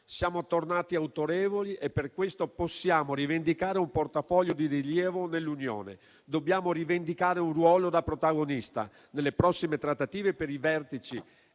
Siamo tornati autorevoli e per questo possiamo rivendicare un portafoglio di rilievo nell'Unione, dobbiamo rivendicare un ruolo da protagonista nelle prossime trattative per i vertici